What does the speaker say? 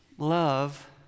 Love